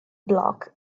block